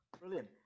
Brilliant